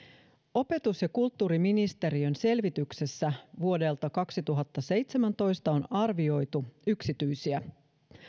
opetus ja kulttuuriministeriön selvityksessä vuodelta kaksituhattaseitsemäntoista on arvioitu yksityisiä